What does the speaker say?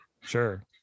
Sure